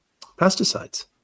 pesticides